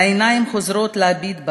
והעיניים חוזרות להביט בכם,